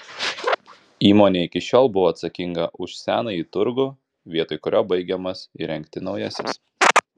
įmonė iki šiol buvo atsakinga už senąjį turgų vietoj kurio baigiamas įrengti naujasis